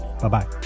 Bye-bye